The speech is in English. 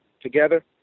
together